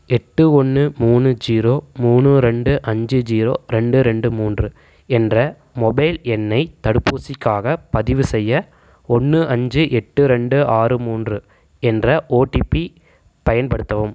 எட்டு ஒன்று மூணு ஜீரோ மூணு ரெண்டு அஞ்சு ஜீரோ ரெண்டு ரெண்டு மூன்று என்ற மொபைல் எண்ணை தடுப்பூசிக்காகப் பதிவுசெய்ய ஒன்று அஞ்சு எட்டு ரெண்டு ஆறு மூன்று என்ற ஓடிபி பயன்படுத்தவும்